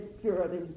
purity